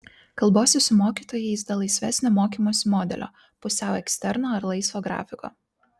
kalbuosi su mokytojais dėl laisvesnio mokymosi modelio pusiau eksterno ar laisvo grafiko